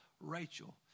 Rachel